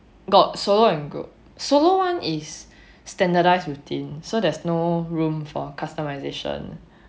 got solo and group solo one is standardised routine so there's no room for customisation